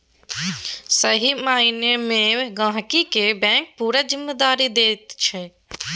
सही माइना मे गहिंकी केँ बैंक पुरा जिम्मेदारी दैत छै